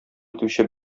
итүче